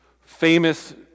famous